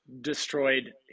destroyed